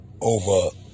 over